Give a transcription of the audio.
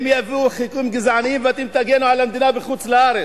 הם יביאו חוקים גזעניים ואתם תגנו על המדינה בחוץ-לארץ.